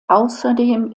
außerdem